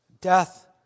death